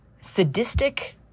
sadistic